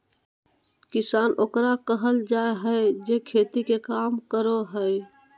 किसान ओकरा कहल जाय हइ जे खेती के काम करो हइ